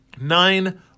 Nine